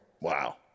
wow